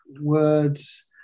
words